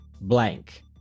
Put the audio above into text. blank